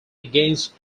against